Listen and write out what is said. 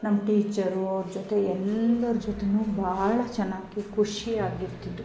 ನಮ್ಮ ಟೀಚರು ಅವ್ರ ಜೊತೆ ಎಲ್ಲರ ಜೊತೆನೂ ಭಾಳ ಚೆನ್ನಾಗಿ ಖುಷಿಯಾಗ್ ಇರ್ತಿದ್ವು